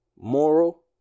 moral